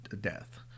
death